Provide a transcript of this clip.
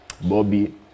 Bobby